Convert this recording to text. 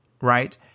right